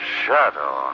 shadow